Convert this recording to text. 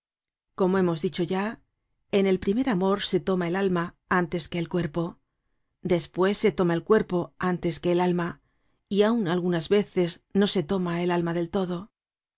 como hemos dicho ya en el primer amor se toma el alma antes que el cuerpo despues se toma el cuerpo antes que el alma y aun algunas veces no se toma el alma del todo